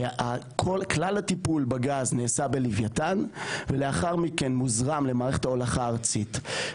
כלל הטיפול בגז נעשה בלווייתן ולאחר מכן מוזרם למערכת ההולכה הארצית.